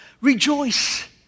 Rejoice